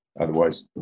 otherwise